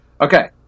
Okay